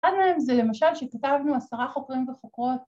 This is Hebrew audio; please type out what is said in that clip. ‫אחד מהם זה למשל שכתבנו ‫עשרה חוקרים וחוקרות.